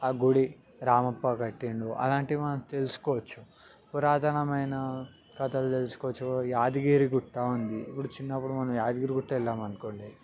ఆ గుడి రామప్ప కట్టిండు అలాంటివి మనం తెలుసుకోవచ్చు పురాతనమైన కథలు తెలుసుకోవచ్చు యాదగిరిగుట్ట ఉంది ఇప్పుడు చిన్నప్పుడు మనం యాదగిరిగుట్ట వెళ్ళాము అనుకోండి